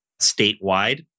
statewide